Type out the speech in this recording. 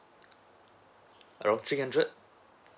around three hundred